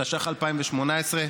התשע"ח 2018,